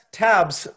tabs